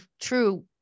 true